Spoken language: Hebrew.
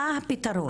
מה הפתרון?